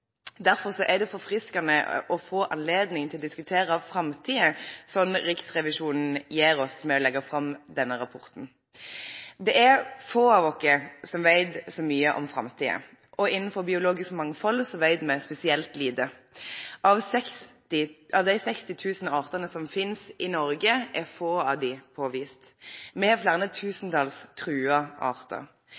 er det forfriskende å få anledning til å diskutere framtiden, som Riksrevisjonen gir oss ved å legge fram denne rapporten. Det er få av oss som vet mye om framtiden, og innenfor biologisk mangfold vet vi spesielt lite. Av de 60 000 artene som finnes i Norge, er få av dem påvist. Vi har flere tusentalls truede arter.